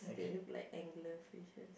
they look like angler fishes